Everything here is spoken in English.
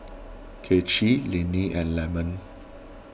Kaycee Lennie and Lemon